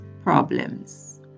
problems